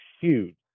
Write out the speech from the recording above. huge